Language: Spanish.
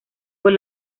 con